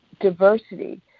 diversity